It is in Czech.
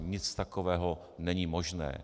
Nic takového není možné.